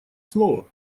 снова